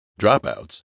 dropouts